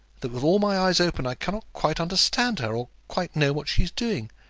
that with all my eyes open i cannot quite understand her, or quite know what she is doing.